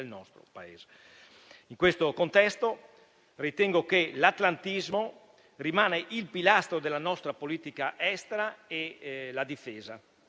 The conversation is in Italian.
In questo contesto, ritengo che l'atlantismo rimanga il pilastro della nostra politica estera e della difesa.